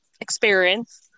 experience